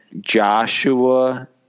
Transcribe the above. Joshua